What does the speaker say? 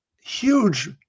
Huge